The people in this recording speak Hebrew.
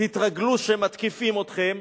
תתרגלו שמתקיפים אתכם,